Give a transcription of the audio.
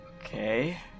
Okay